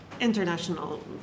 international